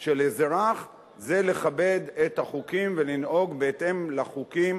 של אזרח זה לכבד את החוקים ולנהוג בהתאם לחוקים